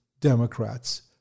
Democrats